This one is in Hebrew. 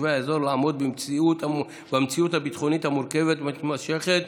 תושבי האזור לעמוד במציאות הביטחונית המורכבת והמתמשכת,